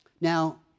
Now